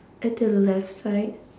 at the left side